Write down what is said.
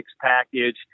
package